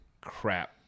crap